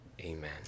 amen